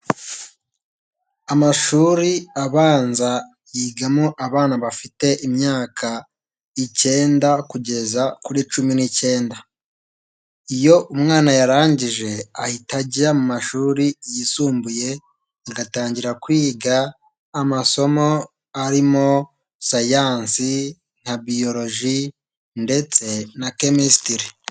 Amashuri abanza yigamo abana bafite imyaka icyenda kugeza kuri cumi n'icyenda, iyo umwana ayarangije ahita ajya mu mashuri yisumbuye agatangira kwiga amasomo arimo siyansi nka Biology ndetse na Chemistry.